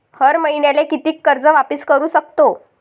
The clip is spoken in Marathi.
हर मईन्याले कितीक कर्ज वापिस करू सकतो?